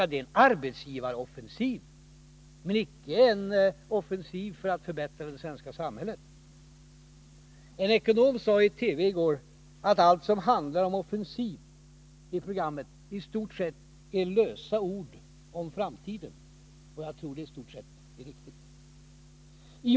Det är en arbetsgivaroffensiv men icke en offensiv för att förbättra det svenska samhället. En ekonom sade i TV i går att allt som handlar om offensiv i programmet är lösa ord om framtiden. Jag tror att det i stort sett är riktigt.